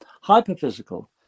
hyperphysical